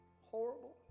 Horrible